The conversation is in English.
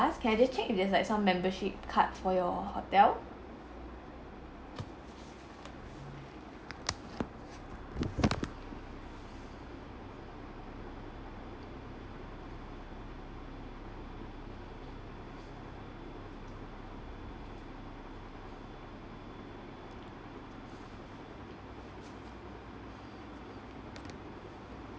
~s can I just check if there's like some membership cards for your hotel